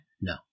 No